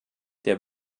der